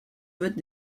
vote